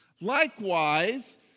Likewise